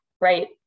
right